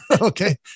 okay